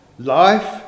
Life